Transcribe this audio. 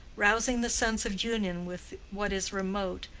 rousing the sense of union with what is remote,